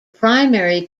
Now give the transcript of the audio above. primary